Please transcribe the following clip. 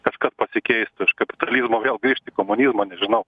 kažkas pasikeitų iš kapitalizmo vėl grįžti į komunizmą nežinau